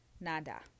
Nada